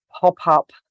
pop-up